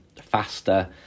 faster